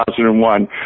2001